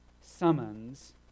summons